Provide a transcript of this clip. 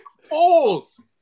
fools